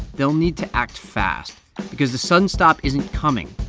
they'll need to act fast because the sudden stop isn't coming.